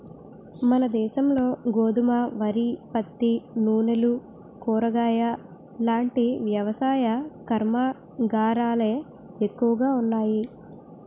మనదేశంలో గోధుమ, వరి, పత్తి, నూనెలు, కూరగాయలాంటి వ్యవసాయ కర్మాగారాలే ఎక్కువగా ఉన్నాయి